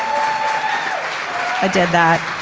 i did that.